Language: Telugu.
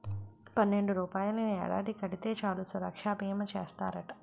పన్నెండు రూపాయలని ఏడాది కడితే చాలు సురక్షా బీమా చేస్తారట